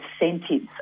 incentives